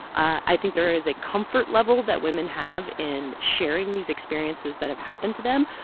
i think there is a comfort level that women have in sharing these experiences that have happened to them,